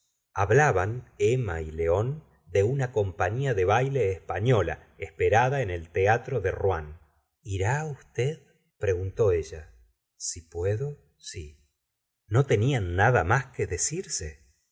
hablaban emma y león de una compallla de baile espatola esperecla en el teatro de rouen irá usted preguntó ella si puedo si no tenían nada más que decirse